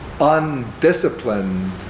undisciplined